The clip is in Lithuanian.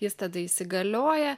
jis tada įsigalioja